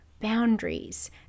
boundaries